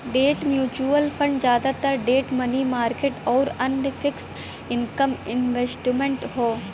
debt mutual fund जादातर debt money market आउर अन्य फिक्स्ड इनकम इंस्ट्रूमेंट्स हौ